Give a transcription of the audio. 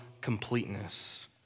completeness